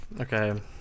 Okay